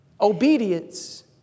Obedience